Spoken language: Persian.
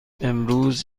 امروز